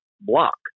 block